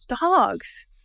dogs